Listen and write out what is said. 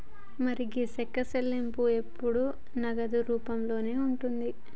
మరి గీ సెక్కు చెల్లింపు ఎప్పుడు నగదు రూపంలోనే ఉంటుంది